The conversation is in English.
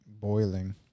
boiling